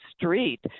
street